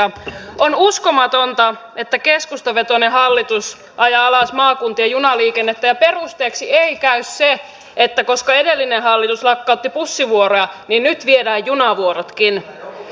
on uskomatonta että keskustavetoinen hallitus ajaa alas maakuntien junaliikennettä ja perusteeksi ei käy se että koska edellinen hallitus lakkautti bussivuoroja niin nyt viedään junavuorotkin